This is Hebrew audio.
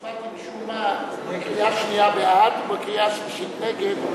הצבעתי משום מה בקריאה שנייה בעד ובקריאה השלישית נגד.